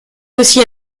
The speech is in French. aussi